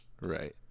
Right